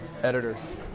editors